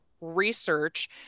research